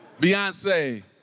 Beyonce